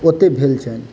एतय भेल छनि